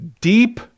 deep